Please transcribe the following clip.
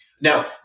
Now